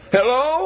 Hello